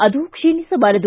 ಅದು ಕ್ಷೀಣಿಸಬಾರದು